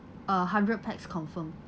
uh hundred pax confirmed